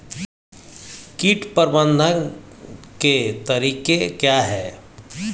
कीट प्रबंधन के तरीके क्या हैं?